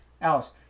Alice